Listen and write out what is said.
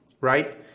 right